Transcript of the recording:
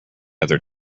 other